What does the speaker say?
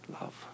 love